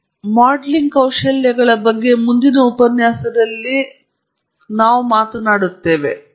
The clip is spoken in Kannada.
ನಾವು ಮಾಡೆಲಿಂಗ್ ಕೌಶಲ್ಯಗಳ ಬಗ್ಗೆ ಮುಂದಿನ ಉಪನ್ಯಾಸದಲ್ಲಿ ಅಥವಾ ಸರಿಯಾಗಿ ಅಂದಾಜು ಮಾಡುವ ಬಗ್ಗೆ ಅದರ ಬಗ್ಗೆ ಮಾತನಾಡುತ್ತೇವೆ